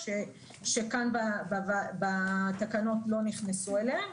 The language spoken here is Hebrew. שכאן בתקנות לא נכנסו אליהן,